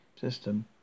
system